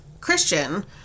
Christian